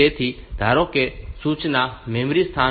તેથી ધારો કે સૂચના મેમરી સ્થાન A000 હેક્સ પર સ્થિત છે